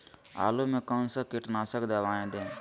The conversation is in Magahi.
आलू में कौन सा कीटनाशक दवाएं दे?